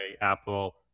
Apple